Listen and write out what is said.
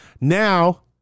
Now